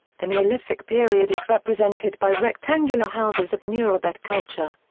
the neolithic period is represented by rectangular houses of the mureybet culture.